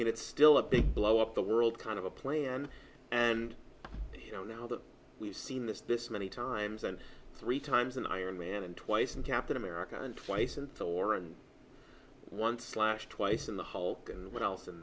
and it's still a big blow up the world kind of a play on and you know now that we've seen this this many times and three times in iron man and twice and captain america and twice and thor and one slash twice and the hulk and one else in